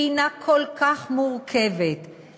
שהיא כל כך מורכבת,